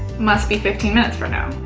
must be fifteen minutes for now.